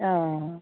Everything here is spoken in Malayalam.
ആ ആ ആ